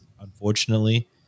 unfortunately